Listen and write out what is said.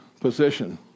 position